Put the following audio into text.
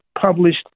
published